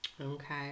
Okay